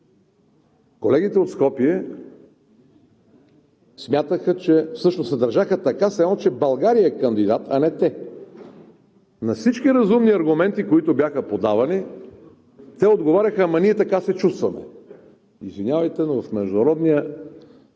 колегите от Скопие се държаха така, все едно, че България е кандидат, а не те. На всички разумни аргументи, които бяха подавани, те отговаряха: ама ние така се чувстваме! Извинявайте, но в международния